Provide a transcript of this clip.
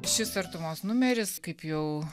šis artumos numeris kaip jau